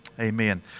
Amen